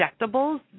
injectables